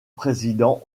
président